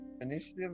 initiative